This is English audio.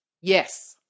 Yes